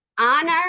honor